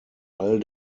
all